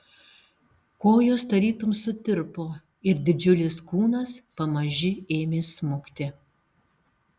kojos tarytum sutirpo ir didžiulis kūnas pamaži ėmė smukti